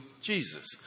Jesus